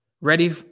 ready